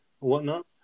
Whatnot